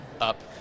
up